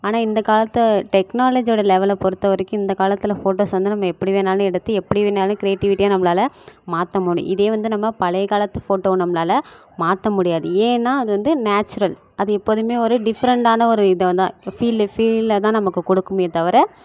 ஆனால் இந்த காலத்து டெக்னாலஜியோட லெவலை பொறுத்த வரைக்கும் இந்த காலத்தில் ஃபோட்டோஸ் வந்து நம்ம எப்படி வேணுணாலும் எடுத்து எப்படி வேணுணாலும் கிரியேட்டிவிட்டியாக நம்மளால் மாற்ற முடியும் இதே வந்து நம்ம பழைய காலத்து ஃபோட்டோ நம்மளால் மாற்ற முடியாது ஏன்னா அது வந்து நேச்சுரல் அது எப்போதுமே ஒரு டிஃப்ரெண்ட்டான ஒரு இதுவும் தான் இப்போ ஃபீல் ஃபீல்ல தான் நமக்கு கொடுக்குமே தவிர